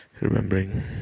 remembering